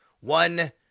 One